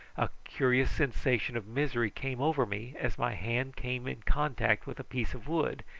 a curious sensation of misery came over me as my hand came in contact with a piece of wood,